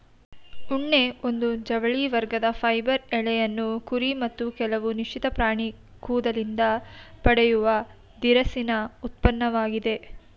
ಉಣ್ಣೆ ಒಂದು ಜವಳಿ ವರ್ಗದ ಫೈಬರ್ ಎಳೆಯನ್ನು ಕುರಿ ಮತ್ತು ಕೆಲವು ನಿಶ್ಚಿತ ಪ್ರಾಣಿ ಕೂದಲಿಂದ ಪಡೆಯುವ ದಿರಸಿನ ಉತ್ಪನ್ನವಾಗಿದೆ